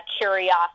curiosity